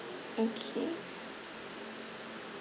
okay